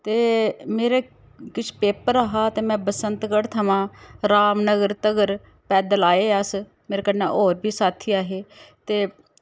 ते मेरा किश पेपर हा ते मैं बसंतगढ थमां रामनगर तगर पैदल आए अस मेरे कन्नै होर बी साथी ऐ हे ते